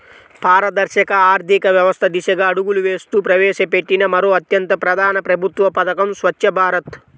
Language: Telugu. పారదర్శక ఆర్థిక వ్యవస్థ దిశగా అడుగులు వేస్తూ ప్రవేశపెట్టిన మరో అత్యంత ప్రధాన ప్రభుత్వ పథకం స్వఛ్చ భారత్